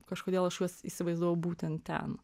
kažkodėl aš juos įsivaizdavau būtent ten